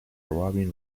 robbie